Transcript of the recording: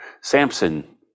Samson